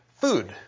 food